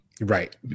Right